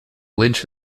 lynch